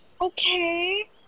okay